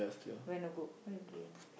went to Google what you doing